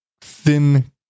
thin